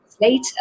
later